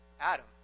Adam